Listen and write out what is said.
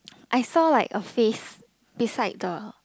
I saw like a face beside the